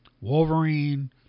Wolverine